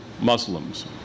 Muslims